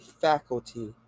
faculty